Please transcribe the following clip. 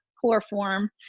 chloroform